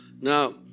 Now